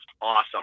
awesome